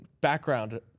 background